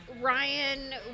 Ryan